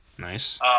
Nice